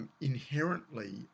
inherently